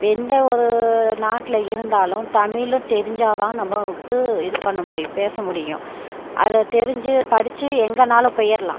எந்த ஒரு நாட்டில் இருந்தாலும் தமிழும் தெரிஞ்சால் தான் நம்ம வந்து இது பண்ண முடியும் பேச முடியும் அதை தெரிஞ்சு படித்து எங்கேனாலும் போயிடலாம்